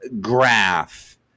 graph